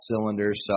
cylinders